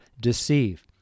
deceive